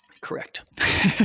Correct